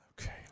Okay